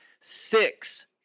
Six